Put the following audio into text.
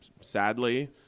sadly